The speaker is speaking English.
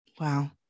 wow